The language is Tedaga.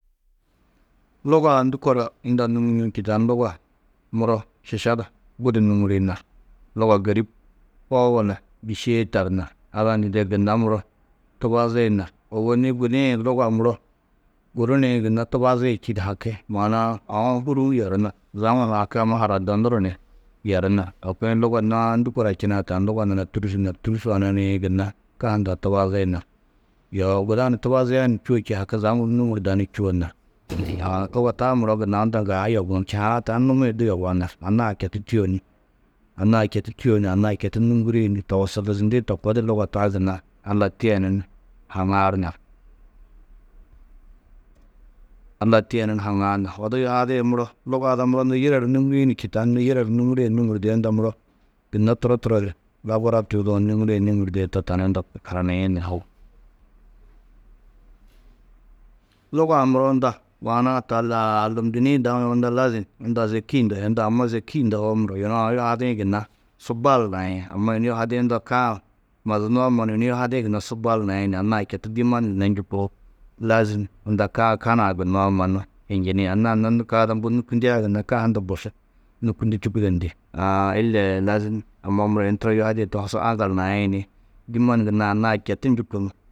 ̧Lugaa ndû kora unda nûŋiĩ či? Tani luga muro šiša du budi nûŋuri nar. Luga gêrib hoo walla dîšee tar nar. Ada ni de gunna muro, tubazi nar, ôwonni gudi-ĩ luga muro, guru nii gunna tubazi čîidi haki maana-ã aũ hu hûruũ yerú nar. Zamuru haki amma ha rodonuru ni yerú nar. To kuĩ nuã ndû kora činã, tani luga nurã tûdušu nar. Tûdušu-ã na niĩ gunna ka hundã tubazi nar. Yoo guda ni tubazia ni čûo čîidi haki zamuru nûŋurda ni čûo nar. Aa luga taa muro gunna unda ŋgaa yobuũ či. Aã tani numi-ĩ du yobaar nar. Anna-ã çetu tîyo ni, anna-ã četu nûŋguri ni towosoltidindi, to koo di luga taa gunna Alla tiyenu ni haŋaar nar. Alla tiyenu ni haŋaar nar. Odu yuhadi muro, luga ada muro du nû yire du nûŋiin? Či. Tani nû yire du nûŋurie, nûŋurdo yê unda muro gunna turo, turo di labara tuuduwo, nûŋurie, nûŋurdo yê to tani unda hananiĩ ni Luga-ã muro unda maana-ã talaa alundini dau, unda lazim unda zêki ndohi. Unda amma zêki ndohoo muro, yunu aũ yuhadĩ gunna su bal naĩ. Amma yunu yuhadĩ unda ka-ã mazunoó mannu yunu yuhadĩ gunna su bal naĩ ni, anna-ã četu dîiman gunna njûkoo, lazim unda ka-ã, ka nuã gunnoó mannu hinjini. Anna-ã nû ka ada mbo nûkundiã gunna ka hunda borsu nûkundi čûkudo ndi. Aa ille lazim amma muro yunu yuhadîe tohoo su aŋgal naĩ ni dîiman gunna anna-ã četu njûkun.